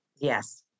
Yes